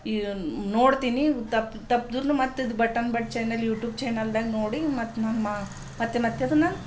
ನೋಡ್ತೀನಿ ತಪ್ಪು ತಪ್ದ್ರು ಮತ್ತೆ ಇದು Bhat and Bhat channel YouTube ಚಾನೆಲ್ದಾಗ ನೋಡಿ ಮತ್ತೆ ನಾ ಮಾ ಮತ್ತೆ ಮತ್ತೆ ಅದನ್ನು